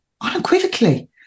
unequivocally